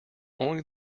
only